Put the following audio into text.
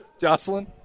jocelyn